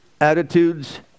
attitudes